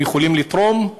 הם יכולים לתרום,